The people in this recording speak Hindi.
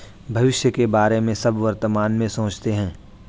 भविष्य के बारे में सब वर्तमान में सोचते हैं